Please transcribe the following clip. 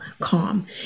calm